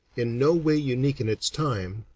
in no way unique in its time,